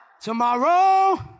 tomorrow